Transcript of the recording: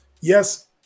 Yes